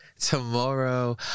Tomorrow